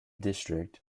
district